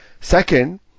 Second